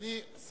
אני לא מבין.